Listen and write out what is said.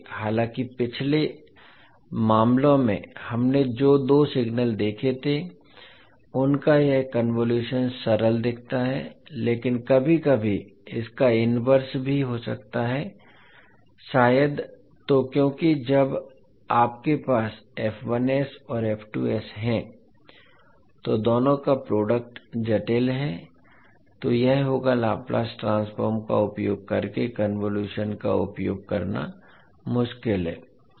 क्योंकि हालांकि पिछले मामलों में हमने जो दो सिग्नल देखे थे उनका यह कन्वोलुशन सरल दिखता है लेकिन कभी कभी इसका इनवर्स भी हो सकता है शायद तो क्योंकि जब आपके पास और है तो दोनों का प्रोडक्ट जटिल है तो यह होगा लाप्लास ट्रांसफॉर्म का उपयोग करके कन्वोलुशन का उपयोग करना मुश्किल है